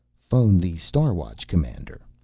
phone the star watch commander